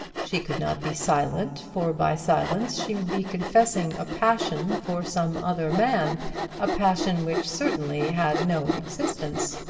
she could not be silent, for by silence she would be confessing a passion for some other man a passion which certainly had no existence.